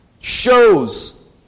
shows